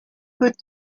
good